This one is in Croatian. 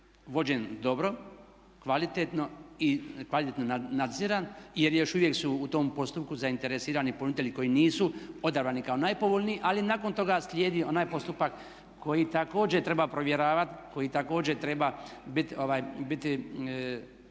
vođen dobro, kvalitetno i kvalitetno nadziran jer još uvijek su u tom postupku zainteresirani ponuditelji koji nisu odabrani kao najpovoljniji ali nakon toga slijedi onaj postupak koji također treba povjeravati, koji također treba biti